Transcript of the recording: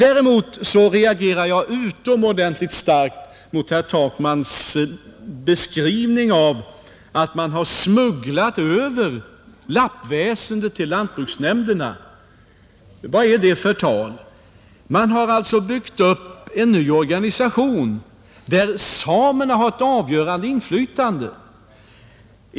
Däremot reagerar jag utomordentligt starkt mot herr Takmans beskrivning att man har ”smugglat över” lappväsendet till lantbruksnämnderna. Vad är det för tal? Man har byggt upp en ny organistion där samerna har ett avgörande inflytande.